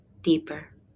deeper